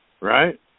Right